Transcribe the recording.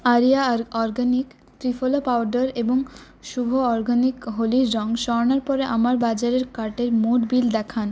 area organic triphala powder এবং Shubh organic হোলির রং সরানোর পরে আমার বাজারের কার্টের মোট বিল দেখান